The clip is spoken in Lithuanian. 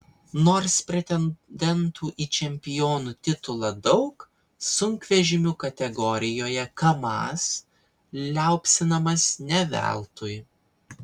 nors pretendentų į čempionų titulą daug sunkvežimių kategorijoje kamaz liaupsinamas ne veltui